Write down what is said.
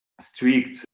strict